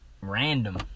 random